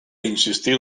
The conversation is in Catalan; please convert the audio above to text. insistir